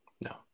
No